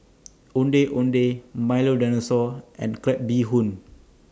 Ondeh Ondeh Milo Dinosaur and Crab Bee Hoon